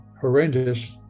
horrendous